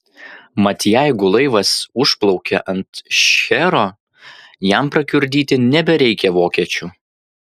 mat jeigu laivas užplaukia ant šchero jam prakiurdyti nebereikia vokiečių